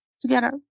together